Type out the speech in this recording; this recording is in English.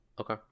Okay